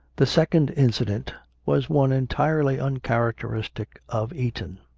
the second incident was one entirely uncharac teristic of eton.